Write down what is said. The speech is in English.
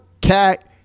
cat